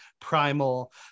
primal